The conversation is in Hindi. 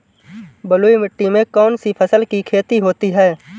बलुई मिट्टी में कौनसी फसल की खेती होती है?